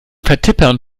vertippern